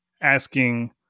asking